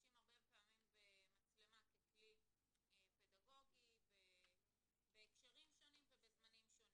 משתמשים הרבה פעמים במצלמה ככלי פדגוגי בהקשרים שונים ובזמנים שונים.